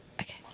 Okay